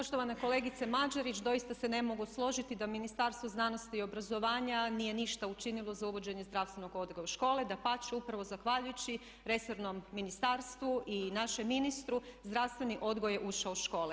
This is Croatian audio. Poštovana kolegice Mađerić doista se ne mogu složiti da Ministarstvo znanosti i obrazovanja nije ništa učinilo za uvođenje zdravstvenog odgoja u škole, dapače upravo zahvaljujući resornom ministarstvu i našem ministru zdravstveni odgoj je ušao u škole.